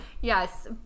Yes